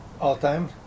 all-time